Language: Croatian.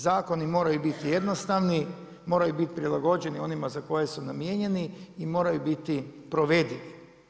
Zakoni moraju biti jednostavni, moraju biti prilagođeni onima za koje su namijenjeni i moraju biti provedivi.